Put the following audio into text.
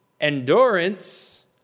endurance